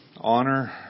honor